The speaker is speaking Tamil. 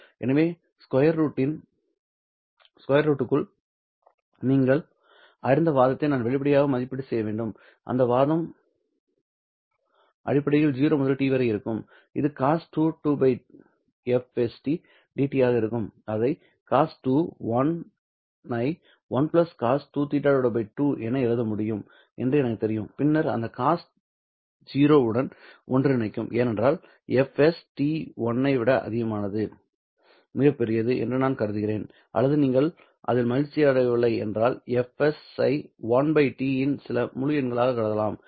எனவே ஸ்கொயர் ரூட்டிற்குள் நீங்கள் அறிந்த வாதத்தை நான் வெளிப்படையாக மதிப்பீடு செய்ய வேண்டும் அந்த வாதம் அடிப்படையில் 0 முதல் t வரை இருக்கும் இது cos22πfst dt ஆக இருக்கும் இதை Cos2 1 ஐ 1 cos2θ 2 என எழுத முடியும் என்று எனக்குத் தெரியும் பின்னர் அந்த cos 0 உடன் ஒன்றிணைக்கும் ஏனென்றால் fs T 1 ஐ விட மிகப் பெரியது மிகப் பெரியது என்று நான் கருதுகிறேன் அல்லது நீங்கள் அதில் மகிழ்ச்சியடையவில்லை என்றால் fs ஐ 1 t இன் சில முழு எண்ணாகக் கருதலாம்